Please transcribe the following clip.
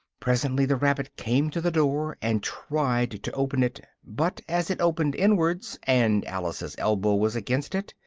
presently the rabbit came to the door, and tried to open it, but as it opened inwards, and alice's elbow was against it,